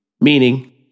Meaning